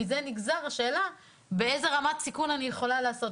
מזה נגזרת השאלה באיזו רמת סיכון אני יכולה לעשות,